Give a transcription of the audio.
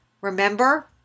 remember